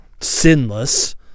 sinless